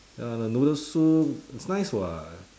ya the noodle soup it's nice [what]